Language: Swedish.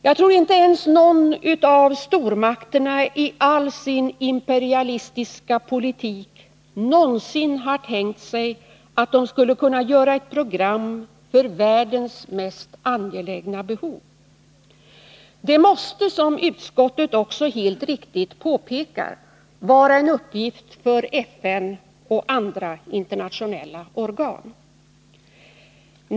Jag tror inte ens någon av stormakterna i all sin imperialistiska politik någonsin har tänkt sig att de skulle kunna göra ett program för världens mest angelägna behov. Det måste, som utskottet också helt riktigt påpekar, vara en uppgift för FN och andra internationella organ.